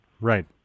Right